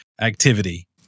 activity